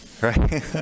right